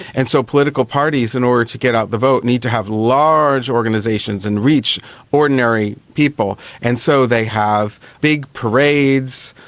and so political parties in order to get out the vote need to have large organisations and reach ordinary people. and so they have big parades,